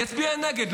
הוא יצביע נגד.